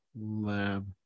Lab